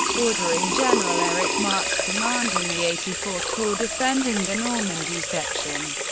ordering general erich marcks, commanding the eighty fourth corps defending the normandy section,